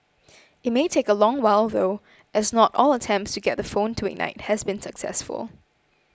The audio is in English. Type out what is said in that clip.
it may take a long while though as not all attempts to get the phone to ignite has been successful